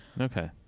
Okay